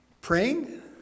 Praying